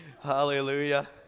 Hallelujah